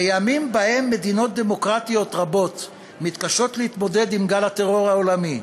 בימים שבהם מדינות דמוקרטיות רבות מתקשות להתמודד עם גל הטרור העולמי,